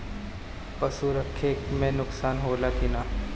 पशु रखे मे नुकसान होला कि न?